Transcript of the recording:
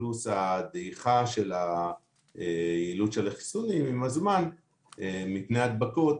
פלוס הדעיכה של היעילות של החיסונים עם הזמן מפני הדבקות,